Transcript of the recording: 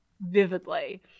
vividly